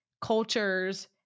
cultures